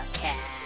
cat